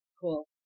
Cool